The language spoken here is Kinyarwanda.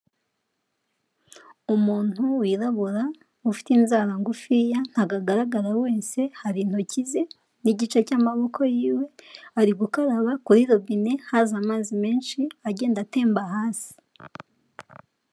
Umuntu wirabura ufite inzara ngufi ya, ntago agagaragara wese, hari intoki ze, n'igice cy'amaboko yiwe, ari gukaraba kuri robine, haza amazi menshi agenda atemba hasi.